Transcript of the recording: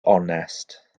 onest